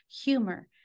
humor